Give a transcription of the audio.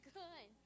good